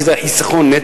כי זה היה חיסכון נטו,